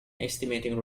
estimating